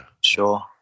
Sure